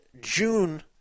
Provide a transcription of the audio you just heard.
June